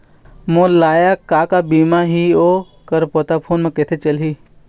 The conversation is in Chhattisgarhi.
मोर लायक का का बीमा ही ओ कर पता फ़ोन म कइसे चलही?